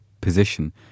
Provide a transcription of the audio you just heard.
position